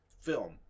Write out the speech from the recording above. film